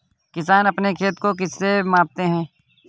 किसान अपने खेत को किससे मापते हैं?